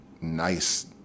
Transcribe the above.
nice